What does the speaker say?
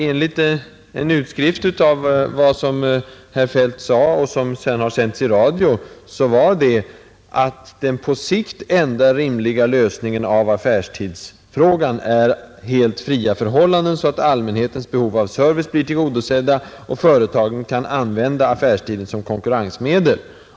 Enligt en utskrift av vad herr Feldt sade, vilket återgavs i radio, framhöll han att ”den på sikt enda rimliga lösningen av affärstidsfrågan är helt fria förhållanden, så att allmänhetens behov av service blir tillgodosedda och företagen kan använda affärstiden som konkurrensmedel”.